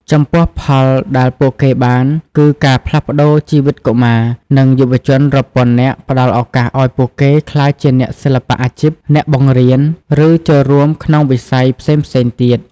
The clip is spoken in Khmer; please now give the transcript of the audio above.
ចំពោះផលដែលពួកគេបានគឺ ការផ្លាស់ប្តូរជីវិតកុមារ និងយុវជនរាប់ពាន់នាក់ ផ្តល់ឱកាសឱ្យពួកគេក្លាយជាអ្នកសិល្បៈអាជីព អ្នកបង្រៀន ឬចូលរួមក្នុងវិស័យផ្សេងៗទៀត ។